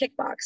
kickbox